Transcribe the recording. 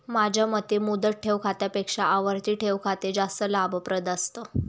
माझ्या मते मुदत ठेव खात्यापेक्षा आवर्ती ठेव खाते जास्त लाभप्रद असतं